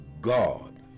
God